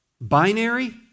Binary